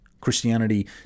Christianity